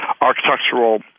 architectural